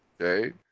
okay